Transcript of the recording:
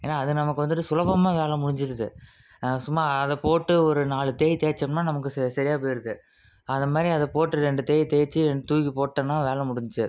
ஏன்னால் அது நமக்கு வந்துட்டு சுலபமாக வேலை முடிஞ்சிடுது சும்மா அதை போட்டு ஒரு நாலு தேய் தேய்ச்சோம்னா நமக்கு செ சரியா போயிடுது அதை மாதிரி அதை போட்டு ரெண்டு தேய் தேய்ச்சி ரெண்டு தூக்கி போட்டேன்னால் வேலை முடிஞ்சிச்சு